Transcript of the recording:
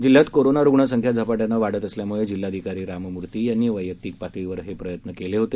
जिल्ह्यात कोरोना रुग्णसंख्या झपाट्यानं वाढत असल्यामुळे जिल्हाधिकारी राममूर्ती यांनी वैयक्तिक पातळीवर हे प्रयत्न केले होते